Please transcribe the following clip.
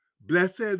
Blessed